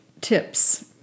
tips